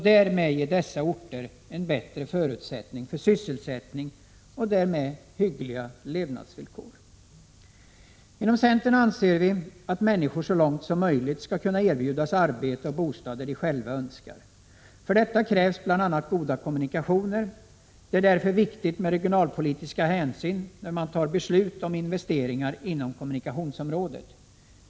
Därmed ges dessa orter bättre förutsättningar för sysselsättning och hyggliga levnadsvillkor. 37 Inom centern anser vi att människor så långt som möjligt skall kunna erbjudas arbete och bostad där de själva önskar. För detta krävs bl.a. goda kommunikationer. Det är därför viktigt att ta regionalpolitiska hänsyn när man beslutar om investeringar inom kommunikationsområdet.